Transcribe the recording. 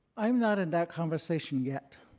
i'm not in that conversation yet.